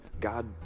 God